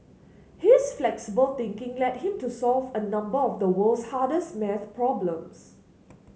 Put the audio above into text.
his flexible thinking led him to solve a number of the world's hardest maths problems